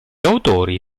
autori